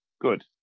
good